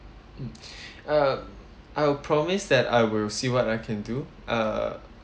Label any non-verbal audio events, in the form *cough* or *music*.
mm *breath* uh I'll promise that I will see what I can do uh